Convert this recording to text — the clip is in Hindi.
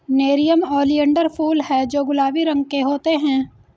नेरियम ओलियंडर फूल हैं जो गुलाबी रंग के होते हैं